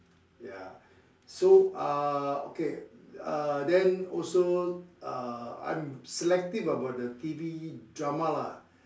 ya so uh okay uh then also uh I'm selective about the T_V drama lah